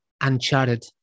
uncharted